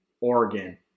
Oregon